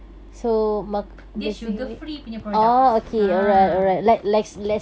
dia sugar free punya products ah